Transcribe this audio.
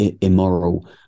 immoral